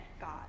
God